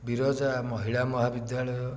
ବିରଜା ମହିଳା ମହାବିଦ୍ୟାଳୟ